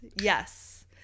Yes